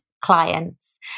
clients